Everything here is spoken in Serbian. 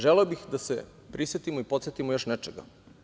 Želeo bih da se prisetimo i podsetimo još nečega.